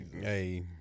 Hey